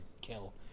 kill